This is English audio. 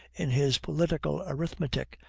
in his political arithmetic,